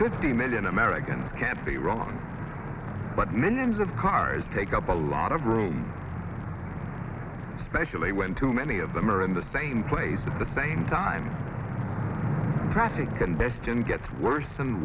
the million americans can't be wrong but millions of cars take up a lot of room specially when too many of them are in the same place at the same time traffic congestion gets worse and